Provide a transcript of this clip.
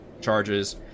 charges